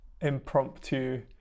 impromptu